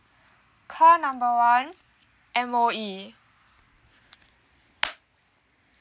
call number one M_O_E